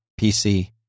pc